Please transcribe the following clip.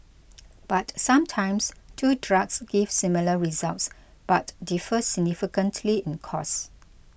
but sometimes two drugs give similar results but differ significantly in costs